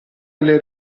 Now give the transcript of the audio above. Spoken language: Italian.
alle